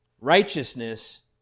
Righteousness